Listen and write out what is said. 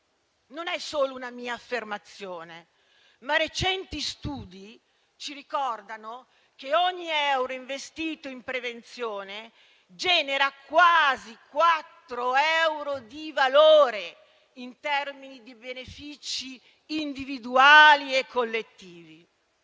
Non è solo una mia affermazione, ma recenti studi ci ricordano che ogni euro investito in prevenzione genera quasi quattro euro di valore in termini di benefici individuali e collettivi.